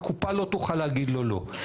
הקופה לא תוכל להגיד לו לא.